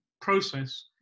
Process